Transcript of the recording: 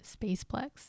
Spaceplex